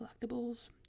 Collectibles